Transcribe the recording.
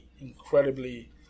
incredibly